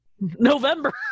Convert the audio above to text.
november